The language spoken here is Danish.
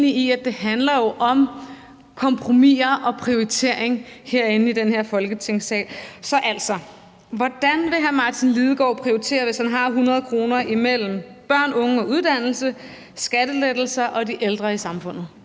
jo handler om kompromiser og prioritering herinde i den her Folketingssal. Så altså: Hvordan vil hr. Martin Lidegaard prioritere, hvis han har 100 kr., imellem børn, unge og uddannelse, skattelettelser og de ældre i samfundet?